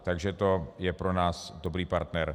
Takže to je pro nás dobrý partner.